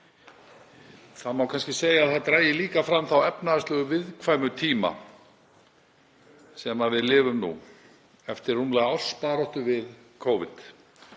Það má kannski segja að það dragi líka fram þá efnahagslega viðkvæmu tíma sem við lifum nú eftir rúmlega árs baráttu við Covid.